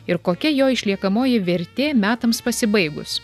ir kokia jo išliekamoji vertė metams pasibaigus